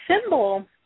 symbol